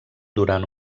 durant